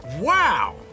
Wow